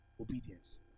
Obedience